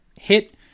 hit